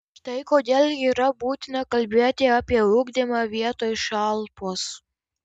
štai kodėl yra būtina kalbėti apie ugdymą vietoj šalpos